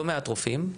לא מעט רופאים,